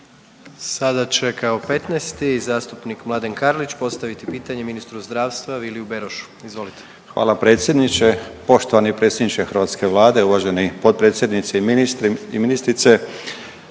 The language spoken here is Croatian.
Sada će kao 15., zastupnik Mladen Kartlić postaviti pitanje ministru zdravstva Viliju Berošu, izvolite. **Karlić, Mladen (HDZ)** Hvala predsjedniče, poštovani predsjedniče hrvatske Vlade, uvaženi potpredsjednici i ministri i ministrice.